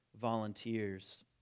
volunteers